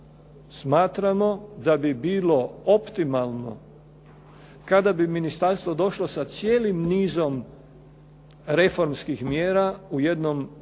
smatramo da bi bilo optimalno kada bi ministarstvo došlo sa cijelim nizom reformskih mjera u jednom paketu